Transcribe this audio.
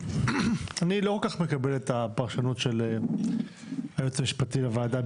אני לא כל כך מקבל את הפרשנות של היועץ המשפטי לוועדה,